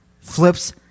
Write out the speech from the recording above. flips